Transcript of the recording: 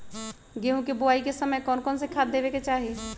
गेंहू के बोआई के समय कौन कौन से खाद देवे के चाही?